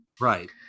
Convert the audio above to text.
right